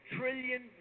trillion